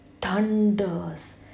thunders